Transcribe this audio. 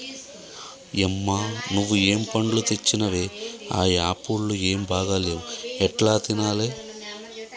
యమ్మ నువ్వు ఏం పండ్లు తెచ్చినవే ఆ యాపుళ్లు ఏం బాగా లేవు ఎట్లా తినాలే